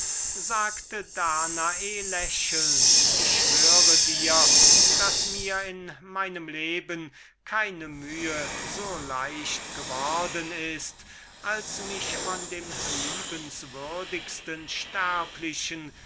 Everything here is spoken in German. sagte danae lächelnd ich schwöre dir daß mir in meinem leben keine mühe so leicht geworden ist als mich von dem liebenswürdigsten sterblichen